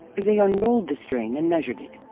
they unrolled the string and measured it.